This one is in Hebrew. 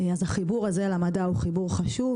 אז החיבור הזה למדע הוא חיבור חשוב.